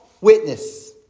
witness